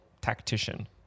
tactician